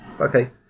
okay